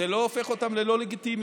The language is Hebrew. זה לא הופך אותם ללא לגיטימיים.